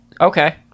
Okay